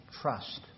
trust